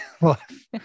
life